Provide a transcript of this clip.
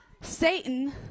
Satan